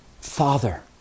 Father